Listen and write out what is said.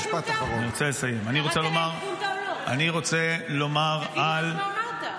אני רוצה לומר --- תגיד מה אמרת?